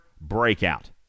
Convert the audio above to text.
breakout